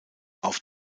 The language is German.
auf